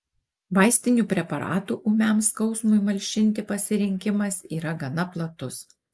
vaistinių preparatų ūmiam skausmui malšinti pasirinkimas yra gana platus